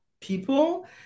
people